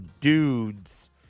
dudes